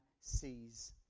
sees